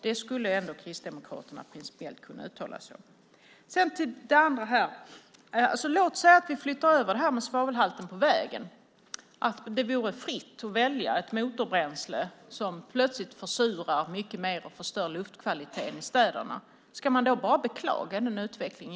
Det skulle ändå Kristdemokraterna principiellt kunna uttala sig om. Låt oss säga att vi flyttar över det som gäller svavelhalten på vägen, att det vore fritt att välja ett motorbränsle som plötsligt försurar mycket mer och förstör luftkvaliteten i städerna. Ska man då bara beklaga den utvecklingen?